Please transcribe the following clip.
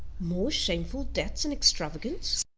more shameful debts and extravagance?